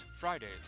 Fridays